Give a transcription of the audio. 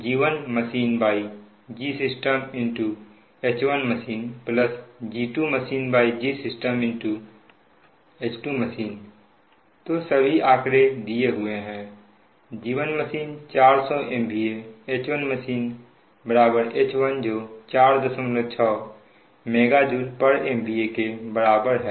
HeqG1machineGsystemH1machineG2machineGsystem H2machine तो सभी आंकड़े दिए हुए हैं G1machine 400 MVA H1machine H1 जो 46 MJMVA के बराबर है